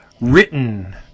written